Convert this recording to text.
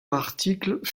article